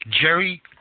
Jerry